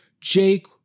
jake